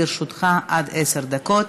לרשותך עד עשר דקות.